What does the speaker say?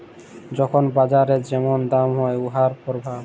যখল বাজারে যেমল দাম হ্যয় উয়ার পরভাব